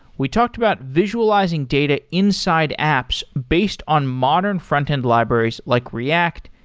we talked about visualizing data inside apps based on modern front-end libraries, like react,